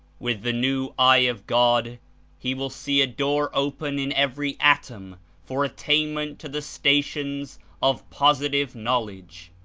with the new eye of god he will see a door open in every atom for attainment to the stations of positive knowledge,